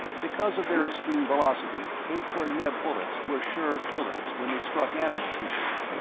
because of their extreme velocity, akor-neb bullets were sure killers when they struck animal tissue,